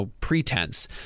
pretense